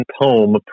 poem